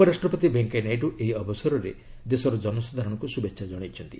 ଉପରାଷ୍ଟପତି ଭେଙ୍କିୟା ନାଇଡ଼ ଏହି ଅବସରରେ ଦେଶର ଜନସାଧାରରଙ୍କୁ ଶୁଭେଛା କ୍ଷଣାଇଛନ୍ତି